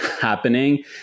happening